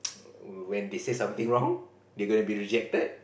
when they say something wrong they're gonna be rejected